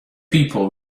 people